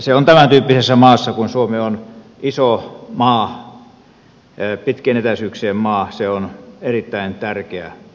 se on tämäntyyppisessä maassa kun suomi on iso maa pitkien etäisyyksien maa erittäin tärkeä näkökulma